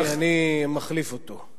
אני מחליף אותו.